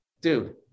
dude